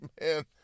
man